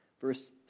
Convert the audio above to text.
Verse